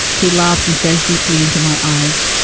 he laughs and stares deeply into my eyes,